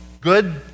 good